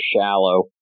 shallow